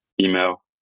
email